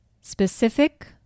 Specific